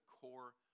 core